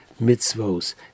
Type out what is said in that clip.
mitzvos